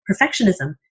perfectionism